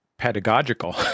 pedagogical